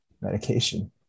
medication